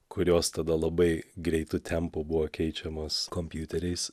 kurios tada labai greitu tempu buvo keičiamos kompiuteriais